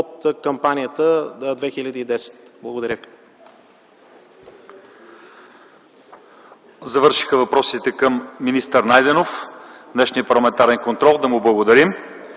от кампания 2010. Благодаря.